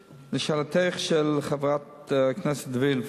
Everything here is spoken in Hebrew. לשאלתך, חברת הכנסת וילף,